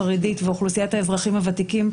החרדית ואוכלוסיית האזרחים הוותיקים,